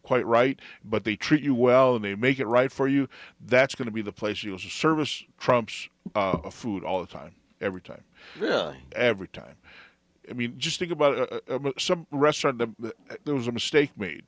quite right but they treat you well and they make it right for you that's going to be the place you as a service trumps food all the time every time every time i mean just think about a restaurant there was a mistake made